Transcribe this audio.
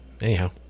anyhow